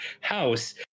House